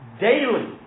daily